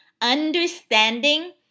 understanding